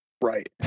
right